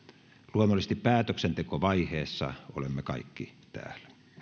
luonnollisesti päätöksentekovaiheessa olemme kaikki täällä